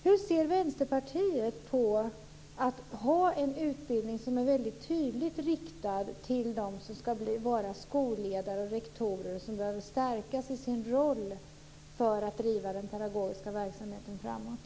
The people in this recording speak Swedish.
Hur ser Vänsterpartiet på att ha en utbildning som är väldigt tydligt riktad till dem som ska vara skolledare och rektorer och som behöver stärkas i sin roll för att driva den pedagogiska verksamheten framåt?